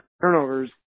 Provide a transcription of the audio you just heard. turnovers